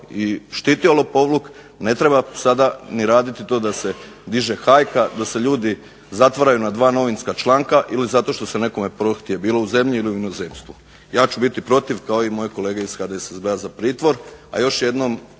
i štiti lopovluk ne treba sada ni raditi to da se diže hajka, da se ljudi zatvaraju na dva novinska članka ili zato što se nekome prohtije bilo u zemlji ili u inozemstvu. Ja ću biti protiv kao i moje kolege iz HDSSB-a za pritvor,